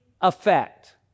effect